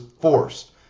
forced